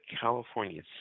California